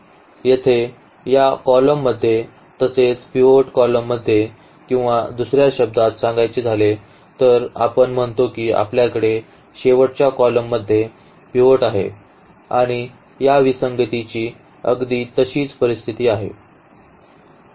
येथे या column मध्ये तसेच पिव्होट column मध्ये किंवा दुसर्या शब्दात सांगायचे झाले तर आपण म्हणतो की आपल्याकडे शेवटच्या column मध्ये पिव्होट आहे आणि या विसंगतीची अगदी तशीच परिस्थिती आहे